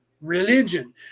religion